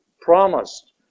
promised